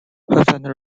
pleasant